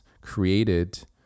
created